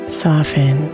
soften